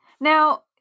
now